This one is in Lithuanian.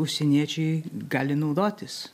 užsieniečiai gali naudotis